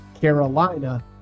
Carolina